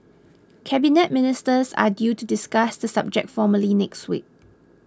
Cabinet Ministers are due to discuss the subject formally next week